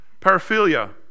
Paraphilia